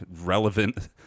relevant